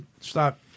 stop